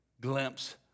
glimpse